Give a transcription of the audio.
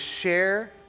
share